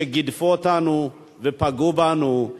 שגידפו אותנו ופגעו בנו,